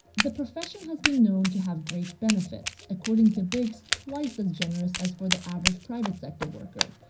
the profession has been known to have great benefits, according to biggs, twice as generous as for the average private sector worker.